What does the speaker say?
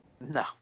No